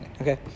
Okay